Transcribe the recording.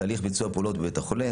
לתהליך ביצוע פעולות בבית החולים,